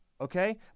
okay